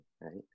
right